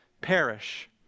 perish